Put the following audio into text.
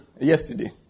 yesterday